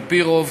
על-פי רוב,